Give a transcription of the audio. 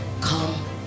come